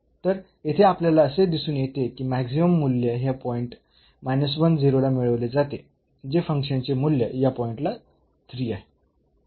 तर येथे आपल्याला असे दिसून येते की मॅक्सिमम मूल्य हे या पॉईंट ला मिळवले जाते जे फंक्शन चे मुल्य या पॉईंटला 3 आहे